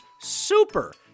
super